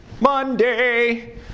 Monday